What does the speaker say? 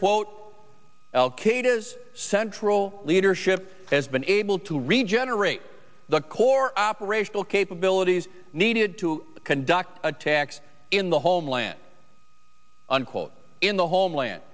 quote central leadership has been able to regenerate the core operational capabilities needed to conduct attacks in the homeland in the homeland